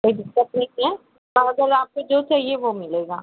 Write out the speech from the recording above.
कोई दिक्कत नहीं कि है अगर आपको जो चाहिए वह मिलेगा